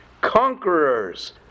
conquerors